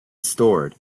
stored